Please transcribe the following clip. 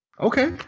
okay